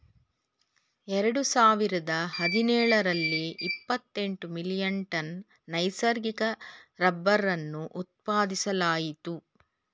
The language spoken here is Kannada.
ಎರಡು ಸಾವಿರದ ಹದಿನೇಳರಲ್ಲಿ ಇಪ್ಪತೆಂಟು ಮಿಲಿಯನ್ ಟನ್ ನೈಸರ್ಗಿಕ ರಬ್ಬರನ್ನು ಉತ್ಪಾದಿಸಲಾಯಿತು